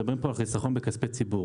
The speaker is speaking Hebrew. מדברים פה על חיסכון בכספי ציבור.